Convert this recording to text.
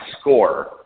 score